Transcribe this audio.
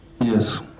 Yes